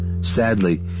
Sadly